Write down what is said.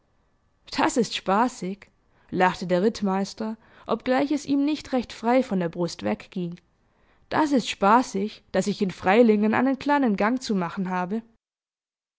das ist spaßig lachte der rittmeister obgleich es ihm nicht recht frei von der brust wegging das ist spaßig daß ich in freilingen einen kleinen gang zu machen habe